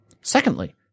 Secondly